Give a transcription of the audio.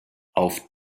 auf